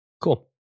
Cool